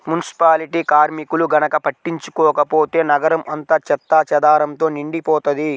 municipality కార్మికులు గనక పట్టించుకోకపోతే నగరం అంతా చెత్తాచెదారంతో నిండిపోతది